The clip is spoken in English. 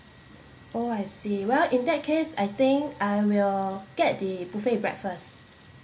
oh I see well in that case I think I will get the buffet breakfast